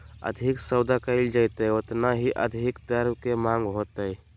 अधिक सौदा कइल जयतय ओतना ही अधिक द्रव्य के माँग होतय